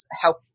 help